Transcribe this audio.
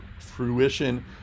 fruition